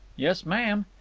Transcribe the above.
yes, ma'am.